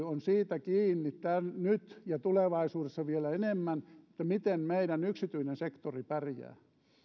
on siitä kiinni nyt ja tulevaisuudessa vielä enemmän miten meidän yksityinen sektori pärjää